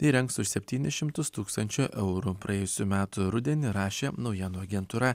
įrengs už septynis šimtus tūkstančių eurų praėjusių metų rudenį rašė naujienų agentūra